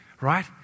Right